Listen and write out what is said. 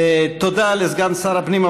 תודה לסגן שר הפנים.